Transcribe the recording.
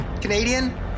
Canadian